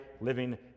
living